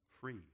free